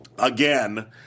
Again